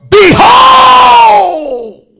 Behold